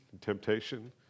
temptation